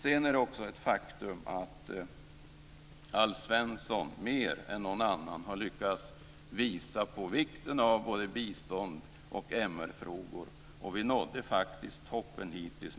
Det är också ett faktum att Alf Svensson mer än någon annan har lyckats visa på vikten av både bistånd och MR-frågor. Vi nådde faktiskt toppen hittills